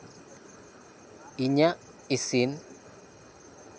ᱤᱧᱟᱹᱜ ᱤᱥᱤᱱ